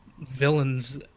villains